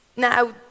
Now